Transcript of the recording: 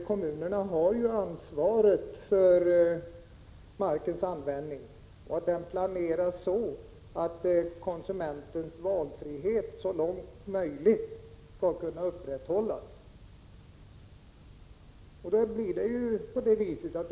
Kommunerna har ansvaret för hur marken används och för att användningen planeras så att konsumentens valfrihet så långt möjligt skall kunna upprätthållas.